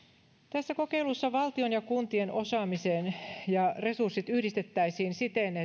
tässä kokeilussa valtion ja kuntien osaaminen ja resurssit yhdistettäisiin siten että